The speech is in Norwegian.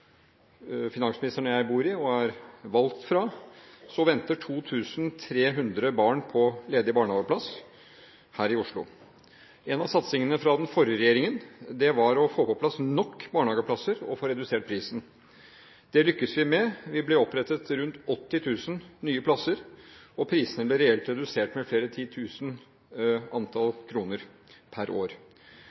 finansministeren og jeg bor i og er valgt fra – Oslo – venter 2 300 barn på ledig barnehageplass. En av satsingene fra den forrige regjeringen var å få på plass nok barnehageplasser og å få redusert prisen. Det lyktes vi med. Det ble opprettet rundt 80 000 nye plasser, og prisene ble reelt redusert med flere titusen kroner per år.